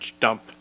dump